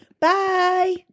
Bye